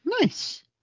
Nice